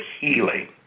healing